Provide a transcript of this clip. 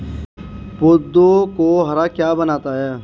पौधों को हरा क्या बनाता है?